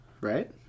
Right